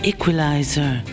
Equalizer